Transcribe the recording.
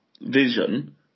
vision